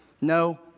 No